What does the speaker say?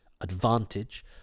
advantage